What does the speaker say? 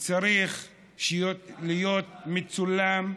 צריך להיות מצולם,